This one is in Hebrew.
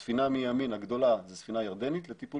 הספינה מימין הגדולה זו ספינה ירדנית לטיפול